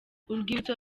urwibutso